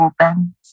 open